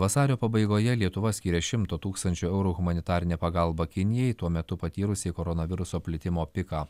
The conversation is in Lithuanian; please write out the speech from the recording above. vasario pabaigoje lietuva skyrė šimto tūkstančių eurų humanitarinę pagalbą kinijai tuo metu patyrusiai koronaviruso plitimo piką